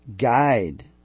Guide